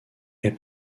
est